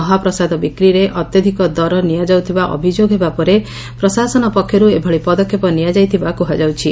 ମହାପ୍ରସାଦ ବିକ୍ରିରେ ଅତ୍ ନିଆଯାଉଥିବା ଅଭିଯୋଗ ହେବାପରେ ପ୍ରଶାସନ ପକ୍ଷରୁ ଏଭଳି ପଦକ୍ଷେପ ନିଆଯାଇଥିବା କୁହାଯାଉଛି